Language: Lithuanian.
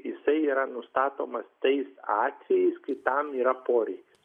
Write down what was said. jisai yra nustatomas tais atvejais kai tam yra poreikis